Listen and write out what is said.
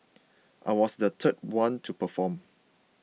I was the third one to perform